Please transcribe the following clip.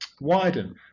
widen